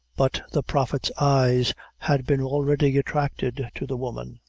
but the prophet's eyes had been already attracted to the woman,